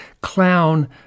Clown